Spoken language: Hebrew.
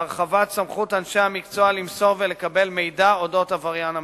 הרחבת סמכות אנשי המקצוע למסור ולקבל מידע על אודות עבריין המין,